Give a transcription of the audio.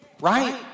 right